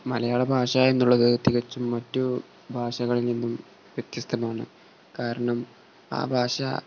മലയാള ഭാഷ എന്നുള്ളത് തികച്ചും മറ്റു ഭാഷകളിൽ നിന്നും വ്യത്യസ്തമാണ് കാരണം ആ ഭാഷ